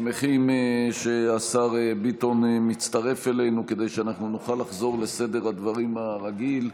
שמחים שהשר ביטון מצטרף אלינו כדי שנוכל לחזור לסדר הדברים הרגיל.